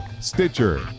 Stitcher